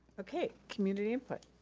okay, community input.